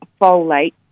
folate